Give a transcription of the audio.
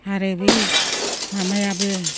आरो बै माबायाबो